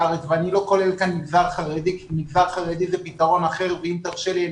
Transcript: ואני לא כולל כאן מגזר חרדי כי שם יש פתרון אחר ואם תרשה לי,